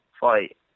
fight